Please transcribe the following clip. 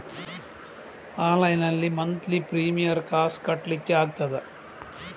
Online ನಲ್ಲಿ monthly premier ಕಾಸ್ ಕಟ್ಲಿಕ್ಕೆ ಆಗ್ತದಾ?